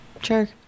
sure